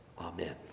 Amen